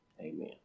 Amen